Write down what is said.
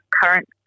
current